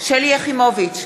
שלי יחימוביץ,